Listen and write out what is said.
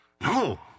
No